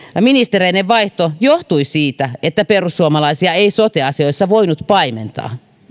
ministereiden vaihto johtui siitä että perussuomalaisia ei sote asioissa voinut paimentaa